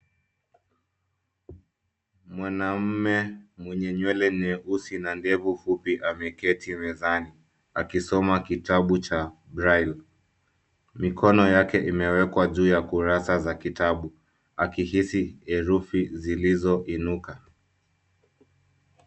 Mwanaume mwenye nywele nyeusi na ndevu fupi ameketi mezani akisoma kitabu cha braille . Mikono yake imewekwa juu ya kurasa za kitabu, akihisi herufi zilizoinuka.